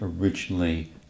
originally